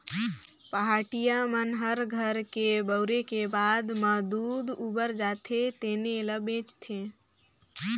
पहाटिया मन ह घर के बउरे के बाद म दूद उबर जाथे तेने ल बेंचथे